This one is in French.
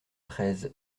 treize